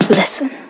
Listen